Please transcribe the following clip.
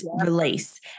release